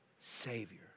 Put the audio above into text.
Savior